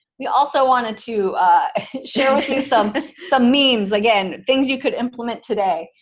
we also wanted to share with you some some means, again, things you could implement today.